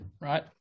right